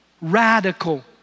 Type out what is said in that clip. radical